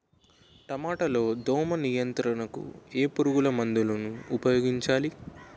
టమాటా లో దోమ నియంత్రణకు ఏ పురుగుమందును ఉపయోగించాలి?